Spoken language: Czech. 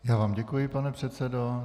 Já vám děkuji, pane předsedo.